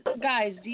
Guys